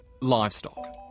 livestock